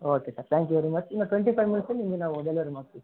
okay sir thank you very much ಇನ್ನು twenty five ಮಿನಿಟ್ಸಲ್ಲಿ ನಿಮಗೆ ನಾವು ಡೆಲಿವರಿ ಮಾಡ್ತೀವಿ